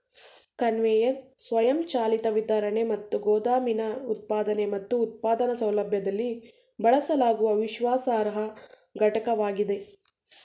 conveyor ಸ್ವಯಂಚಾಲಿತ ವಿತರಣೆ ಮತ್ತು ಗೋದಾಮಿನ ಉತ್ಪಾದನೆ ಮತ್ತು ಉತ್ಪಾದನಾ ಸೌಲಭ್ಯದಲ್ಲಿ ಬಳಸಲಾಗುವ ವಿಶ್ವಾಸಾರ್ಹ ಘಟಕವಾಗಿದೆ